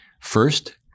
First